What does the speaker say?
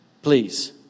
Please